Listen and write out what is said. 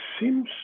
seems